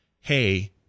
hey